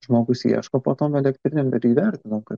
žmogus ieško po tom elektrinėm ir įvertinam kad